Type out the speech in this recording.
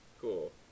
Cool